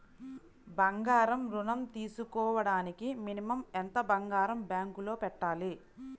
బంగారం ఋణం తీసుకోవడానికి మినిమం ఎంత బంగారం బ్యాంకులో పెట్టాలి?